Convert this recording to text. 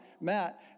Matt